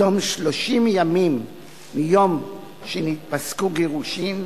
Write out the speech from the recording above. בתום 30 ימים מיום שפסקו גירושין,